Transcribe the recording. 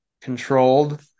controlled